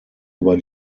über